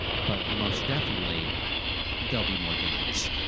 but most definitely there will be more dance.